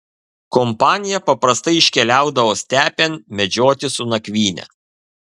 kompanija paprastai iškeliaudavo stepėn medžioti su nakvyne